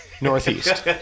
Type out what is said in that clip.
Northeast